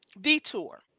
detour